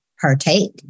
partake